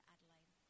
Adelaide